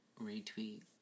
retweet